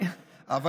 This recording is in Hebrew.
סלח לי.